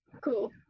Cool